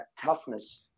toughness